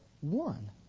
One